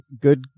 good